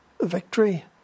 Victory